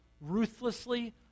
Ruthlessly